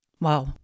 Wow